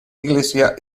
iglesia